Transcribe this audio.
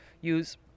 use